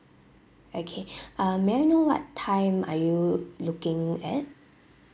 okay um may I know what time are you looking at